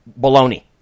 Baloney